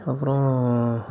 அப்புறம்